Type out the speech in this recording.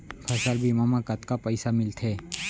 फसल बीमा म कतका पइसा मिलथे?